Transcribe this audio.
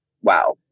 wow